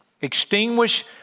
Extinguish